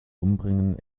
umbringen